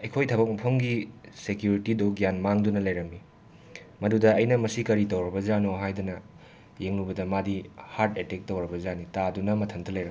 ꯑꯩꯈꯣꯏ ꯊꯕꯛ ꯃꯐꯝꯒꯤ ꯁꯦꯀ꯭ꯌꯨꯔꯤꯇꯤꯗꯨ ꯒ꯭ꯌꯥꯟ ꯃꯥꯡꯗꯨꯅ ꯂꯩꯔꯝꯃꯤ ꯃꯗꯨꯗ ꯑꯩꯅ ꯃꯁꯤ ꯀꯔꯤ ꯇꯧꯔꯕꯖꯥꯠꯅꯣ ꯍꯥꯏꯗꯅ ꯌꯦꯡꯂꯨꯕꯗ ꯃꯥꯗꯤ ꯍꯥꯔꯠ ꯑꯦꯇꯦꯛ ꯇꯧꯔꯕꯖꯥꯠꯅꯤ ꯇꯥꯗꯨꯅ ꯃꯊꯟꯇ ꯂꯩꯔꯝꯃꯤ